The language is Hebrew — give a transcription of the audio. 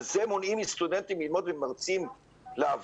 על זה מונעים מסטודנטים ללמוד ומונעים ממרצים לעבוד